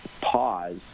pause